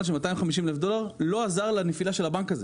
של 250 אלף דולר לא עזר לנפילה של הבנק הזה.